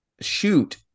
shoot